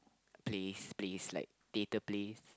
plays plays like theater plays